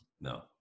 no